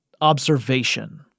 observation